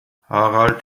harald